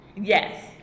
Yes